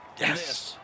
Yes